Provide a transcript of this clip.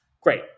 Great